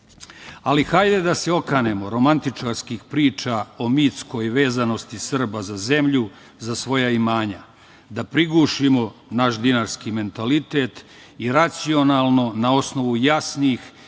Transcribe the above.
Ali, hajde da se okanemo romantičarskih priča o mitskoj vezanosti Srba za zemlju, za svoja imanja, da prigušimo naš dinarski mentalitet i racionalno, na osnovu jasnih